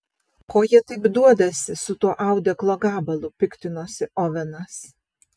ko jie taip duodasi su tuo audeklo gabalu piktinosi ovenas